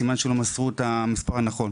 סימן שלא מסרו את המספר הנכון.